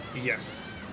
Yes